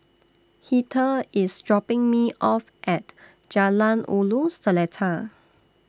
Heather IS dropping Me off At Jalan Ulu Seletar